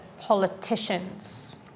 politicians